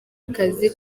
akazi